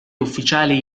ufficiali